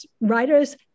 Writers